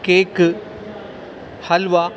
cake halwa